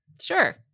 Sure